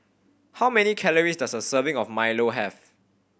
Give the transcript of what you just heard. how many calories does a serving of milo have